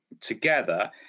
together